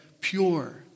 pure